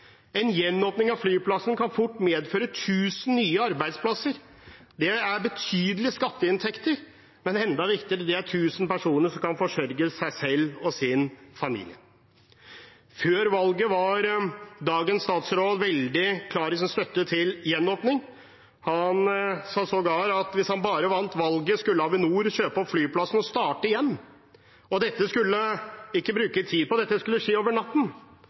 En gjenåpning av flyplassen kan fort medføre 1 000 nye arbeidsplasser. Det er betydelige skatteinntekter. Men enda viktigere: Det er 1 000 personer som kan forsørge seg selv og sin familie. Før valget var dagens statsråd veldig klar i sin støtte til gjenåpning. Han sa sågar at hvis han bare vant valget, skulle Avinor kjøpe opp flyplassen og starte igjen, og dette skulle man ikke bruke tid på, det skulle skje over natten.